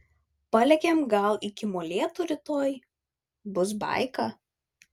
palekiam gal iki molėtų rytoj bus baika